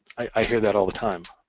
i hear that all the time,